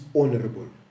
honorable